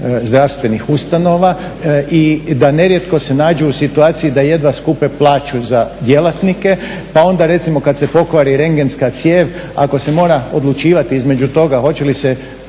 zdravstvenih ustanova i da nerijetko se nađu u situaciji da jedva skupe plaću za djelatnike. Pa onda recimo kad se pokvari rendgenska cijev ako se mora odlučivati između toga hoće li se